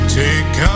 take